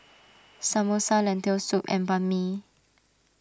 Samosa Lentil Soup and Banh Mi